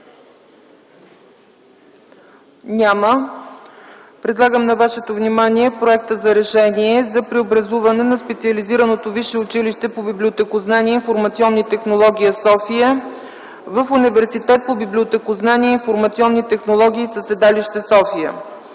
Няма. Предлагам на вашето внимание Проекта за решение за преобразуване на Специализираното висше училище по библиотекознание и информационни технологии – София, в Университет по библиотекознание и информационни технологии със седалище София: